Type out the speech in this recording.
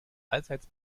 allseits